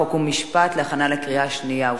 חוק ומשפט נתקבלה.